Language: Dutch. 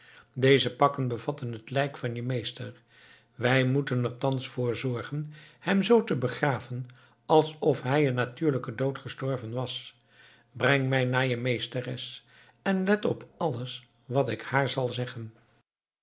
deze pakken bevatten het lijk van je meester wij moeten er thans voor zorgen hem zoo te begraven alsof hij een natuurlijken dood gestorven was breng mij naar je meesteres en let op alles wat ik haar zal zeggen